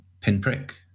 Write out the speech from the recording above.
pinprick